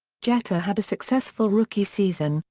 jeter had a successful rookie season,